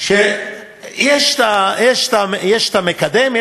יש המקדם,